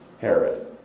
Herod